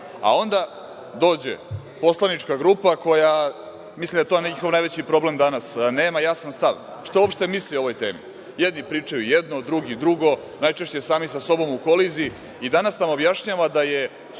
a onda dođe poslanička grupa koja, mislim da je to njihov najveći problem danas, nema jasan stav. Šta uopšte misle o ovoj temi? Jedni pričaju jedno, drugi drugo, najčešće sami sa sobom u koliziji i danas nam objašnjava da je